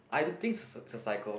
I don't think is is a cycle